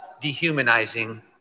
dehumanizing